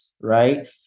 Right